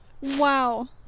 Wow